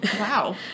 Wow